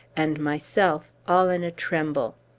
and myself all in a tremble.